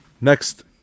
Next